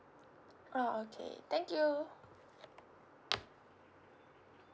ah okay thank you